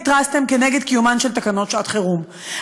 והתרסתם נגד קיומן של תקנות שעת-חירום.